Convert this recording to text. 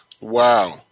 Wow